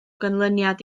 ganlyniad